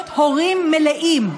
להיות הורים מלאים.